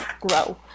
grow